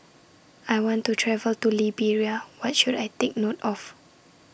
I want to travel to Liberia What should I Take note of